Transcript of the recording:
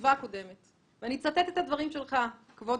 בישיבה הקודמת ואני מצטטת את הדברים שלך כבוד